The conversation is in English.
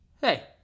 Hey